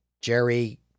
Jerry